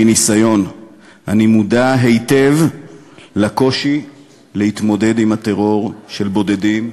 מניסיון אני מודע היטב לקושי להתמודד עם הטרור של בודדים,